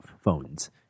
phones